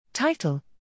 Title